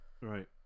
Right